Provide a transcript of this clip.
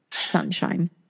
sunshine